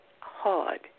hard